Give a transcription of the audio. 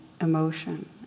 emotion